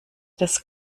des